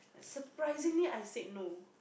surprisingly I said no